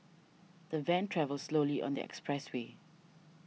the van travelled slowly on the expressway